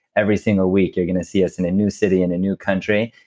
every single week you're going to see us in a new city, in a new country,